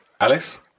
Alice